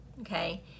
okay